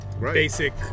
basic